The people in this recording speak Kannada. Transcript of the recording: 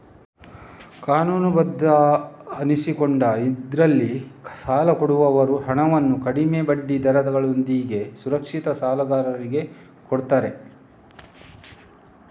ಕಾನೂನುಬದ್ಧ ಅನಿಸಿಕೊಂಡ ಇದ್ರಲ್ಲಿ ಸಾಲ ಕೊಡುವವರು ಹಣವನ್ನು ಕಡಿಮೆ ಬಡ್ಡಿ ದರಗಳೊಂದಿಗೆ ಸುರಕ್ಷಿತ ಸಾಲಗಾರರಿಗೆ ಕೊಡ್ತಾರೆ